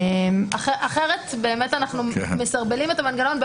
אחרת אנחנו באמת מסרבלים את המנגנון.